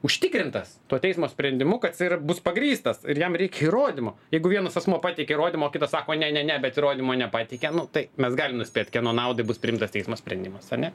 užtikrintas tuo teismo sprendimu kad jisai bus pagrįstas ir jam reikia įrodymo jeigu vienas asmuo pateikia įrodymą o kitas sako ne ne ne bet įrodymo nepateikia nu tai mes galim nuspėt kieno naudai bus priimtas teismo sprendimas ar ne